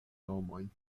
nomojn